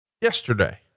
yesterday